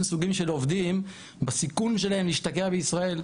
סוגים של עובדים בסיכון שלהם להשתקע בישראל,